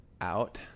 out